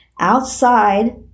outside